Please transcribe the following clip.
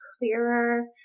clearer